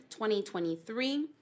2023